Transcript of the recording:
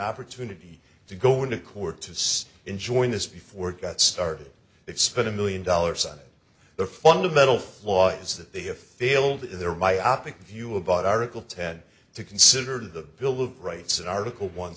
opportunity to go into court to stop enjoying this before it got started it spent a million dollars on it the fundamental flaw is that they a failed in their myopic view about article ten to consider the bill of rights in article one